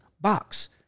box